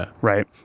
right